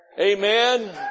Amen